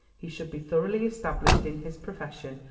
he should be thoroughly established in his profession,